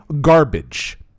garbage